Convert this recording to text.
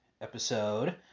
episode